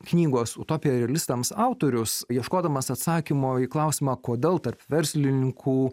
knygos utopija realistams autorius ieškodamas atsakymo į klausimą kodėl tarp verslininkų